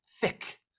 thick